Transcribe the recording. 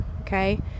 okay